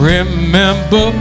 Remember